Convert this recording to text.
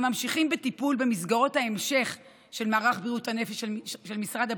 הממשיכים בטיפול במסגרות ההמשך של מערך בריאות הנפש של משרד הבריאות,